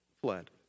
fled